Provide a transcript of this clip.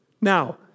now